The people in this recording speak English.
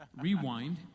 rewind